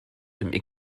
dem